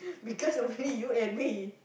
because only you and me